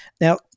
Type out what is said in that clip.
Now